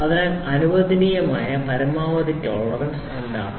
അതിനാൽ അനുവദനീയമായ പരമാവധി ടോളറൻസ് എന്താണ്